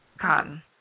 cotton